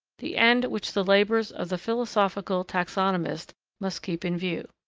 the end which the labors of the philosophical taxonomist must keep in view.